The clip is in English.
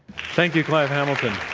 thank you, clive hamilton.